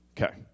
Okay